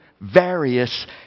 Various